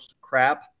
crap